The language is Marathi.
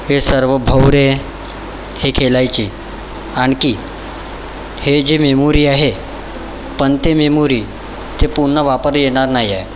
हे सर्व भवरे हे खेळायची आणखी हे जे मेमोरी आहे पण ते मेमोरी ते पुन्हा वापर येणार नाही आहे